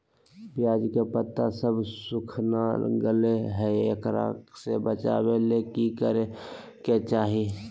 प्याज के पत्ता सब सुखना गेलै हैं, एकरा से बचाबे ले की करेके चाही?